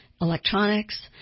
electronics